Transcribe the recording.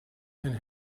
and